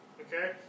Okay